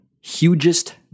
hugest